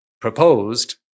proposed